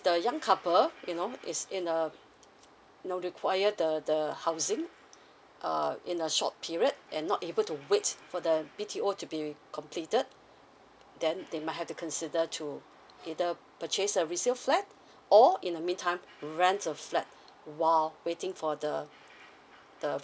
the young couple you know it's in a now require the the housing uh in a short period and not able to wait for the B_T_O to be completed then they might have to consider to either purchase a resale flat or in the mean time rent a flat while waiting for the the